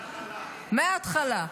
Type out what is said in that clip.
מההתחלה.